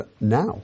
now